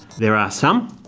there are some,